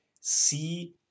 see